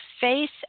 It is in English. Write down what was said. face